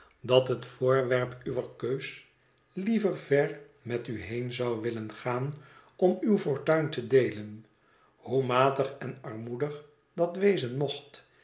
dat het voorwerp uwer keus liever ver met u heen zou willen gaan om uw fortuin te deelen hoe matig en armoedig dat wezen mocht